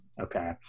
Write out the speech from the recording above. Okay